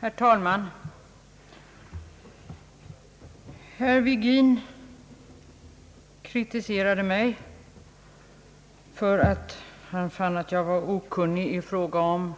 Herr talman! Herr Virgin kritiserade mig, emedan han ansåg mig vara okun nig i fråga om